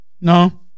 No